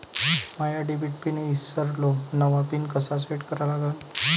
माया debit pin ईसरलो, नवा pin कसा सेट करा लागन?